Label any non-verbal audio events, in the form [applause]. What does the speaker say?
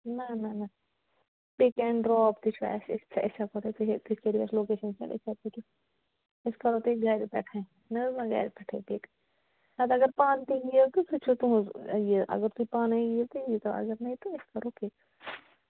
نہ نہ نہ پِک اینڈ ڈرٛاپ تہِ چھُ اَسہِ أسۍ أسۍ ہٮ۪کَو تۄہہِ [unintelligible] تُہۍ کٔرِو اَسہِ لوکیشَن سینڈ أسۍ ہٮ۪کَو تُہۍ أسۍ کرو تۄہہِ گرِ پٮ۪ٹھَے نہ حظ نہ گَرِ پٮ۪ٹھَے نَتہٕ اَگر پانہٕ تہِ یِیِو تہٕ سُہ چھُو تُہٕنٛز یہِ اَگر تُہۍ پانَے یِیِو تہٕ ییٖتو اَگر نَے تہٕ أسۍ کرو پِک